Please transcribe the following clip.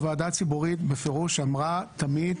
הוועדה הציבורית בפירוש אמרה תמיד,